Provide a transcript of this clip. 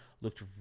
looked